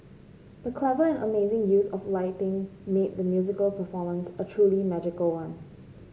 the clever and amazing use of lighting made the musical performance a truly magical one